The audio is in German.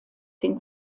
den